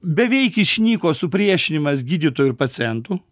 beveik išnyko supriešinimas gydytojų ir pacientų